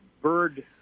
bird